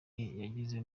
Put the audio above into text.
yagize